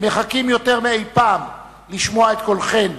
מחכים יותר מאי-פעם לשמוע את קולכן,